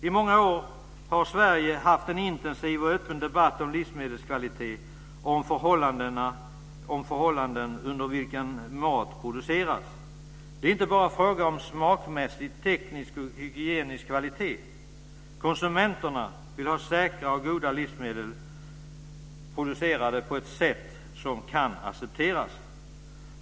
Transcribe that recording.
I många år har Sverige haft en intensiv och öppen debatt om livsmedelskvalitet och om de förhållanden under vilka mat produceras. Det är inte bara fråga om smakmässig, teknisk och hygienisk kvalitet. Konsumenterna vill ha säkra och goda livsmedel producerade på ett sätt som kan accepteras.